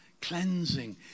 cleansing